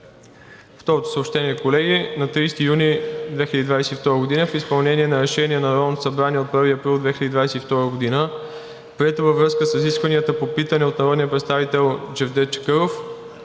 Второто съобщение, колеги. На 30 юни 2022 г., в изпълнение на Решение на Народното събрание от 1 април 2022 г., прието във връзка с разискванията по питане от народния представител Джевдет Чакъров